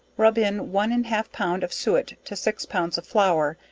rub in one and half pound of suet to six pounds of flour,